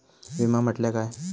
विमा म्हटल्या काय?